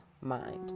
mind